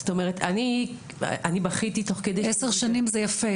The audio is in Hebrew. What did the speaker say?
זאת אומרת אני בכיתי תוך כדי עשר שנים זה יפה,